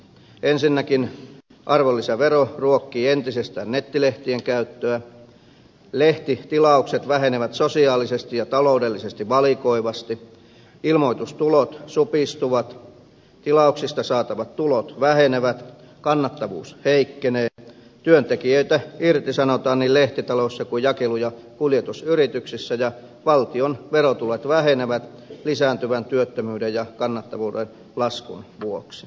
ensinnäkin arvonlisävero ruokkii entisestään nettilehtien käyttöä lehtitilaukset vähenevät sosiaalisesti ja taloudellisesti valikoivasti ilmoitustulot supistuvat tilauksista saatavat tulot vähenevät kannattavuus heikkenee työntekijöitä irtisanotaan niin lehtitaloissa kuin jakelu ja kuljetusyrityksissä ja valtion verotulot vähenevät lisääntyvän työttömyyden ja kannattavuuden laskun vuoksi